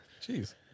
Jeez